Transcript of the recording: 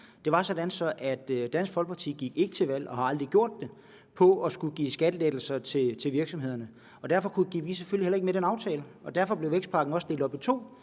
Det var sådan, at Dansk Folkeparti ikke gik til valg og aldrig har gjort det på at skulle give skattelettelser til virksomhederne, og derfor gik vi selvfølgelig heller ikke med i den aftale, og derfor blev vækstpakken også delt op i to,